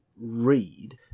read